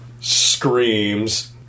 screams